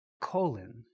colon